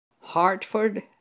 Hartford